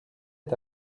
est